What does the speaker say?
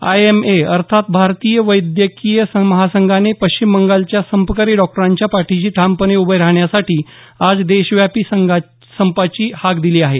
IMA अर्थात भारतीय वैद्यकीय महासंघाने पश्चिम बंगालच्या संपकरी डॉक्टरांच्या पाठीशी ठामपणे उभे राहण्यासाठी आज देशव्यापी संपाची हाक दिली आहे